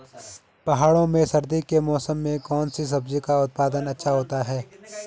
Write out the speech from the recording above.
पहाड़ों में सर्दी के मौसम में कौन सी सब्जी का उत्पादन अच्छा होता है?